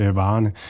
varerne